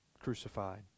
crucified